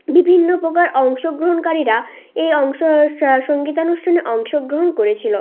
বিভিন্ন প্রকার অংশগ্রহণকারীরা এই অংশ সঙ্গীতানুষ্ঠানে অংশগ্রহণ করেছিল